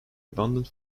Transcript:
abundant